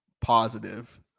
positive